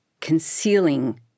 concealing